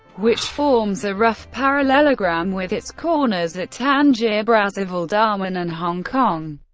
which forms a rough parallelogram with its corners at tangier, brazzaville, darwin and hong kong,